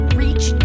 reach